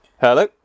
Hello